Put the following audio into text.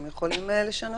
הם יכולים לשנות.